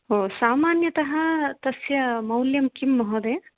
हो सामान्यतः तस्य मौल्यं किं महोदय